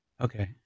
Okay